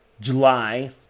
July